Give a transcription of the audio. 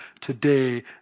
today